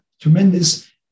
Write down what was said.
tremendous